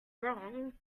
wrong